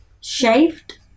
Shaved